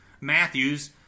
Matthews